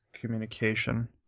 communication